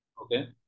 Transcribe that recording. Okay